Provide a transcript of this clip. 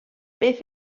beth